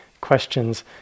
questions